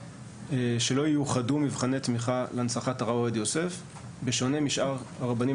שלא ייוחדו מבחני תמיכה להנצחת הרב עובדיה יוסף בשונה משאר הרבנים